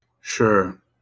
Sure